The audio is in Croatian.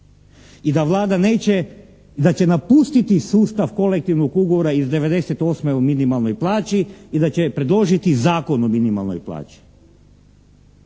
I da Vlada neće, i da će napustiti sustav kolektivnog ugovora iz 98. o minimalnoj plaći i da će predložiti Zakon o minimalnoj plaći